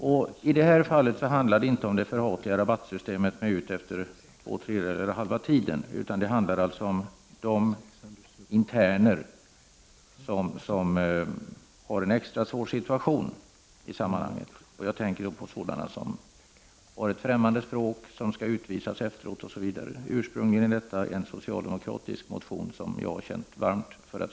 Det handlar inte om det förhatliga rabattsystemet, som innebär att en intagen kommer ut efter två tredjedelar av tiden eller efter halva tiden, utan det handlar om de interner som har en extra svår situation. Jag tänker på sådana som talar ett främmande språk, som skall utvisas efteråt, osv. Detta togs ursprungligen upp i en socialdemokratisk motion, av bl.a.